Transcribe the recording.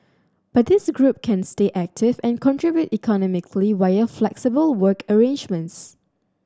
but this group can stay active and contribute economically via flexible work arrangements